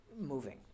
moving